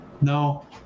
No